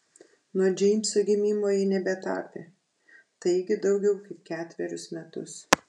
nuo džeimso gimimo ji nebetapė taigi daugiau kaip ketverius metus